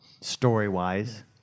story-wise